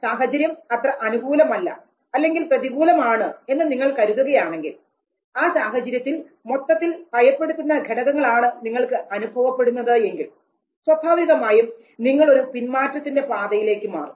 സാഹചര്യം അത്ര അനുകൂലമല്ല അല്ലെങ്കിൽ പ്രതികൂലമാണ് എന്ന് നിങ്ങൾ കരുതുകയാണെങ്കിൽ ആ സാഹചര്യത്തിൽ മൊത്തത്തിൽ ഭയപ്പെടുത്തുന്ന ഘടകങ്ങളാണ് നിങ്ങൾക്ക് അനുഭവപ്പെടുന്നത് എങ്കിൽ സ്വാഭാവികമായും നിങ്ങൾ ഒരു പിൻമാറ്റത്തിന്റെ പാതയിലേക്ക് മാറും